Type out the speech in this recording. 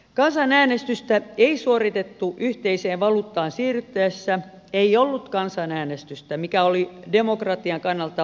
kansanäänestystä ei suoritettu yhteiseen valuuttaan siirryttäessä ei ollut kansanäänestystä mikä oli demokratian kannalta valitettavaa